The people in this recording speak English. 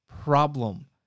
problem